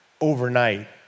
overnight